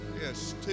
yes